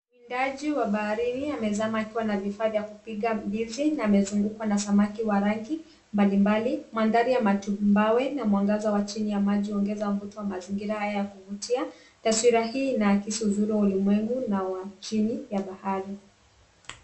Mwindaji wa baharini amezama akiwa na vifaa vya kupiga mbizi na amezungukwa na samaki wa rangi mbali mbali. Mandhari ya matumbawe na mwangaza wa chini ya maji huongeza mvuto wa mazingira haya ya kuvutia. Taswira hii inaakisi uzuri wa ulimwengu na wa chini ya bahari.